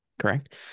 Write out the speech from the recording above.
correct